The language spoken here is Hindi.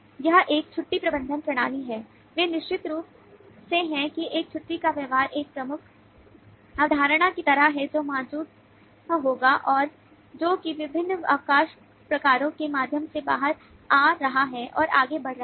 यह एक छुट्टी प्रबंधन प्रणाली है वे निश्चित रूप से है कि एक छुट्टी का व्यवहार एक प्रमुख अवधारणा की तरह है जो मौजूद होगा और जो कि विभिन्न अवकाश प्रकारों के माध्यम से बाहर आ रहा है और आगे बढ़ रहा है